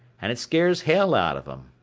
and it scares hell out of them.